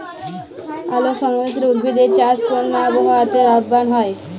আলোক সংবেদশীল উদ্ভিদ এর চাষ কোন আবহাওয়াতে লাভবান হয়?